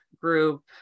group